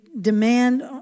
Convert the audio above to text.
demand